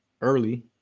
early